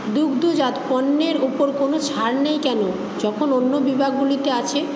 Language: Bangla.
দুগ্ধজাত পণ্যের ওপর কোনও ছাড় নেই কেন যখন অন্য বিভাগগুলিতে আছে